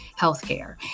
healthcare